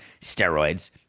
steroids